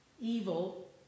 evil